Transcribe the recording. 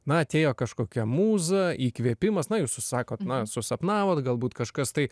na atėjo kažkokia mūza įkvėpimas na jūs sakot na susapnavot galbūt kažkas tai